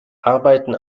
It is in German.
arbeiten